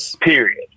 period